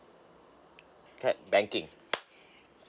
clap banking